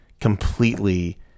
completely